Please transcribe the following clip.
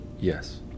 Yes